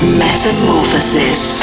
metamorphosis